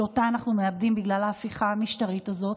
שאותה אנחנו מאבדים בגלל ההפיכה המשטרית הזאת.